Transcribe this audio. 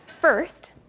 First